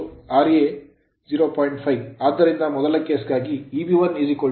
5 ಆದ್ದರಿಂದ ಮೊದಲ ಕೇಸ್ ಗಾಗಿ Eb1 235 ವೋಲ್ಟ್